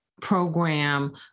program